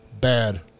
Bad